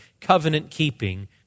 covenant-keeping